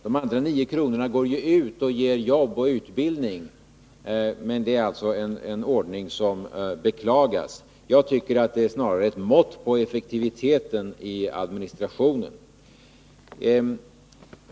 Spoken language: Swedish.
De andra 9 kronorna går till att ge jobb och utbildning. Men det är alltså en ordning som beklagas. Jag tycker att det snarare är ett mått på effektiviteten i administrationen.